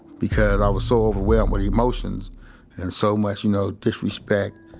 because i was so overwhelmed with emotions and so much, you know, disrespect.